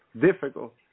Difficult